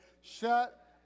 Shut